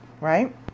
right